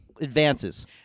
advances